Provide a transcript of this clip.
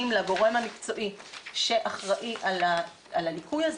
לגורם המקצועי שאחראי על הליקוי הזה.